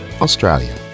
Australia